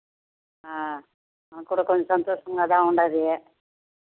మాకు కూడా కొంచెం సంతోషంగా ఉంది